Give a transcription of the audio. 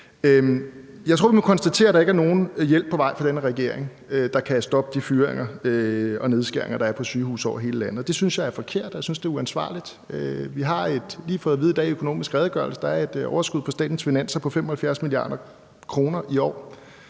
Jeg tror, vi må konstatere, at der ikke er nogen hjælp på vej fra denne regering, der kan stoppe de fyringer og nedskæringer, der er på sygehuse over hele landet, og det synes jeg er forkert, og jeg synes, det er uansvarligt. Vi har i dag lige fået at vide i Økonomisk Redegørelse, at der et overskud på statens finanser på 75 mia. kr. i år.